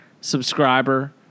subscriber